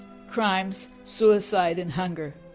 crimes suicide and hunger.